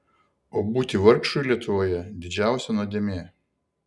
o būti vargšui lietuvoje didžiausia nuodėmė